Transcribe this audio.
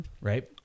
right